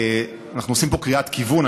אנחנו עושים פה קריאת כיוון.